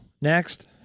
Next